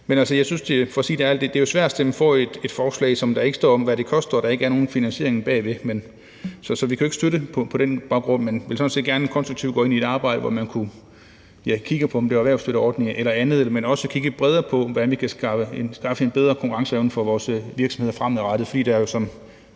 Men altså, jeg synes, for at sige det ærligt, at det er svært at stemme for et forslag, hvor der ikke står noget om, hvad det koster, og hvor der ikke er nogen finansiering bag ved. Så på den baggrund kan vi ikke støtte det, men vi vil sådan set gerne konstruktivt gå ind i et arbejde, hvor man kunne kigge på, om det kunne involvere erhvervsstøtteordninger eller andet, eller hvor man også kigger bredere på, hvordan vi kan skaffe en bedre konkurrenceevne for vores virksomheder fremadrettet. For der er jo,